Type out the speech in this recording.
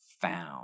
found